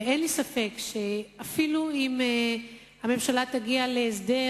אין לי ספק שאפילו אם הממשלה תגיע להסדר